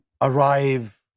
arrive